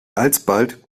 alsbald